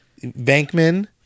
Bankman